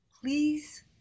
please